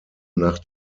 nach